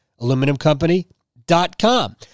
Aluminumcompany.com